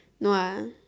no ah